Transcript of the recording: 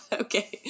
okay